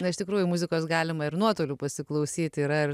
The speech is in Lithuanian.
na iš tikrųjų muzikos galima ir nuotoliu pasiklausyti yra ir